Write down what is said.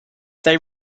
they